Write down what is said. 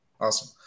Awesome